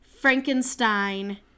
Frankenstein